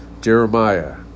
Jeremiah